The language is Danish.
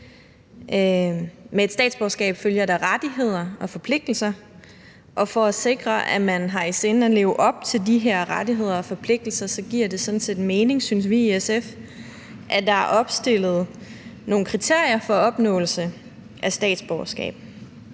Med et statsborgerskab følger der rettigheder og forpligtelser, og for at sikre, at man har i sinde at leve op til de her rettigheder og forpligtelser, giver det sådan set mening, synes vi i SF, at der er opstillet nogle kriterier for opnåelse af statsborgerskab.